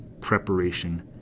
preparation